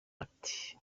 ati